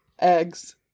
Eggs